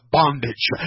bondage